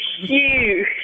huge